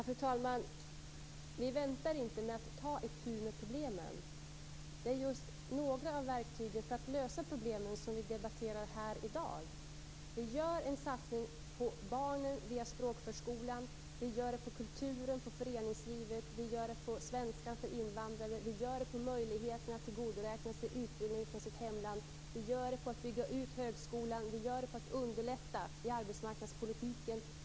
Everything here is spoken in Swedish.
Fru talman! Vi väntar inte med att ta itu med problemen. Det är just några av verktygen för att lösa problemen som vi debatterar här i dag. Vi gör en satsning på barnen via språkförskolan. Vi gör det på kulturens och föreningslivets områden. Vi gör det när det gäller svenska för invandrare. Vi gör det när det gäller möjligheten att tillgodoräkna sig utbildning från hemlandet. Vi bygger ut högskolan. Vi underlättar i arbetsmarknadspolitiken.